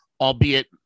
Albeit